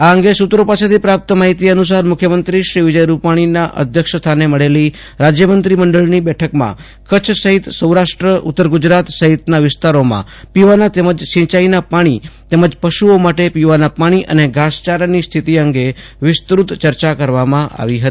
આ અંગે સુત્રો પાસેથી પ્રાપ્ત માહિતી અનુસાર મુખ્યમંત્રી વિજયરૂપાણીના અધ્યક્ષસ્થાને મળેલી રાજ્યમંત્રી મંડળની બેઠકમાં કચ્છ સહિત સૌરાષ્ટ્ર ઉત્તર ગુજરાત સહિતના વિસ્તારોમાં પીવાના તેમજ સિંચાઈના પાણી તેમજ પશુઓ માટે પીવાના અને ધાસચારાની સ્થિતિ અંગે વિસ્તૃત ચર્ચા કરવામાં આવી હતી